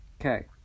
okay